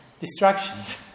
distractions